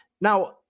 Now